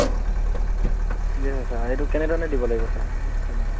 অ' আচ্ছা আচ্ছা ঠিক আছে ছাৰ এইটো কেনেধৰণে দিব লাগিব ছাৰ চালানটো